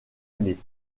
année